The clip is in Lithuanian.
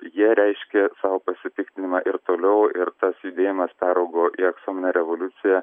jie reiškė savo pasipiktinimą ir toliau ir tas judėjimas peraugo į aksominę revoliuciją